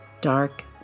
Dark